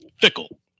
fickle